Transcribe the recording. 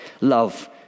love